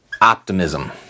optimism